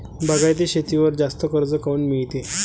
बागायती शेतीवर जास्त कर्ज काऊन मिळते?